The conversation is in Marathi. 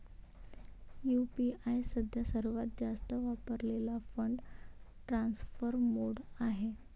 यू.पी.आय सध्या सर्वात जास्त वापरलेला फंड ट्रान्सफर मोड आहे